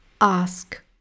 ask